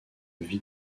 vie